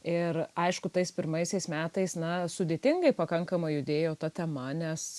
ir aišku tais pirmaisiais metais na sudėtingai pakankamai judėjo ta tema nes